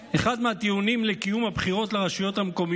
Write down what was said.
אחד מהטיעונים לקיום הבחירות לרשויות המקומיות